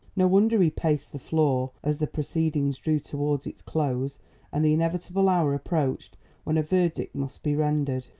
no wonder he paced the floor as the proceedings drew towards its close and the inevitable hour approached when a verdict must be rendered.